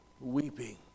Weeping